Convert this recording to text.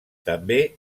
també